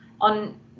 on